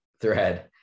thread